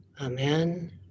Amen